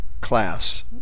class